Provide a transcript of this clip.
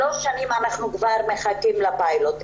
כבר שלוש שנים אנחנו מחכים לפיילוט.